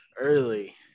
early